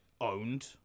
owned